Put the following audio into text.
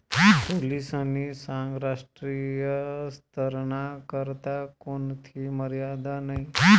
पोलीसनी सांगं राष्ट्रीय स्तरना करता कोणथी मर्यादा नयी